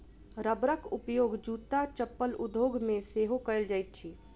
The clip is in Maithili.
रबरक उपयोग जूत्ता चप्पल उद्योग मे सेहो कएल जाइत अछि